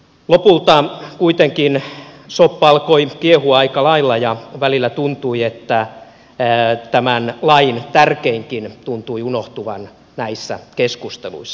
lopulta kuitenkin soppa alkoi kiehua aika lailla ja välillä tuntui että tämän lain tärkeinkin tuntui unohtuvan näissä keskusteluissa